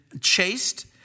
chased